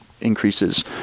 increases